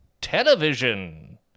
Television